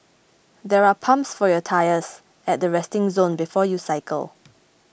there are pumps for your tyres at the resting zone before you cycle